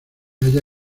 halla